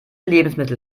lebensmittel